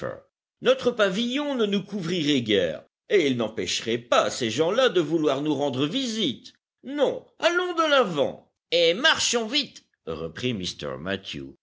notre pavillon ne nous couvrirait guère et il n'empêcherait pas ces gens-là de vouloir nous rendre visite non allons de l'avant et marchons vite reprit mr mathew